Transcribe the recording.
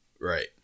Right